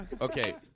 Okay